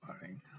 worrying